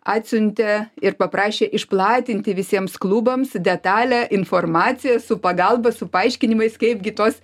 atsiuntė ir paprašė išplatinti visiems klubams detalią informaciją su pagalba su paaiškinimais kaipgi tuos